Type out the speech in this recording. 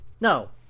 No